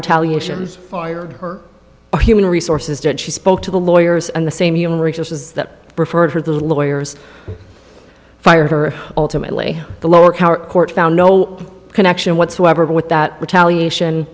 retaliation fired her own human resources did she spoke to the lawyers and the same human resources that referred her the lawyers fired her ultimately the lower court found no connection whatsoever with that retaliation